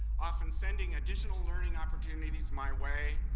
often sending additional learning opportunities my way.